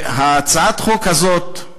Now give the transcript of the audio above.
הצעת החוק הזאת,